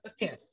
yes